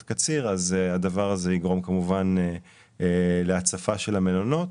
הקציר הדבר הזה יגרום להצפה של המלונות.